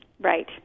Right